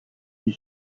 die